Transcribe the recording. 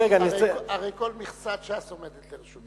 הרי כל מכסת ש"ס עומדת לרשותך.